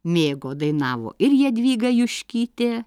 mėgo dainavo ir jadvyga juškytė